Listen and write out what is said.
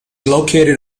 located